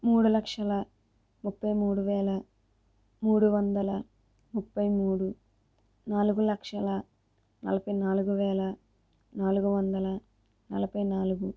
మూడు లక్షల ముప్పై మూడు వేల మూడు వందల ముప్పై మూడు నాలుగు లక్షల నలభై నాలుగు వేల నాలుగు వందల నలబై నాలుగు